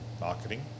marketing